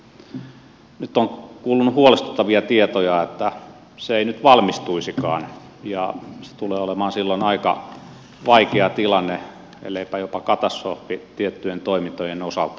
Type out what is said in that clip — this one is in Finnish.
nyt on kuulunut huolestuttavia tietoja että se ei nyt valmistuisikaan ja se tulee olemaan silloin aika vaikea tilanne elleipä jopa katastrofi tiettyjen toimintojen osalta